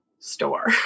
Store